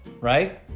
right